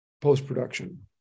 post-production